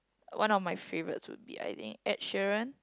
one of my favourites would be I think Ed-Sheeran